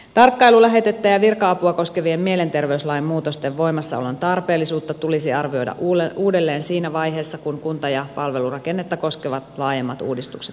tarkkailulähetettä ja virka apua koskevien mielenterveyslain muutosten voimassaolon tarpeellisuutta tulisi arvioida uudelleen siinä vaiheessa kun kunta ja palvelurakennetta koskevat laajemmat uudistukset toteutuvat